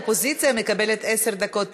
אופוזיציה מקבלת עשר דקות,